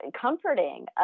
comforting